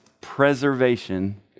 preservation